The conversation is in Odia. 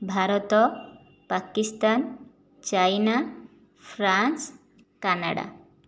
Bharat Pakistan China France Canada